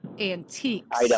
antiques